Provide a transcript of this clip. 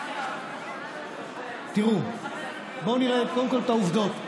הרגתם, תראו, בואו נראה קודם כול את העובדות.